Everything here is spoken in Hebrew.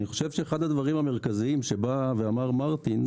אני חושב שאחד הדברים המרכזיים שאמר מרטין,